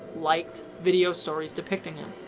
liked video stories depicting him.